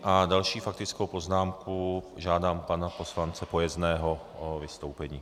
A další faktická poznámka, žádám pana poslance Pojezdného o vystoupení.